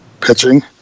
pitching